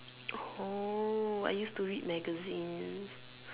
oh I used to read magazines